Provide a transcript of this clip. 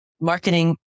marketing